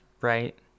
right